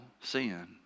sin